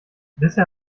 bisher